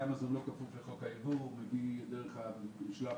והייצוא אלא על משלוח